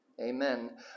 Amen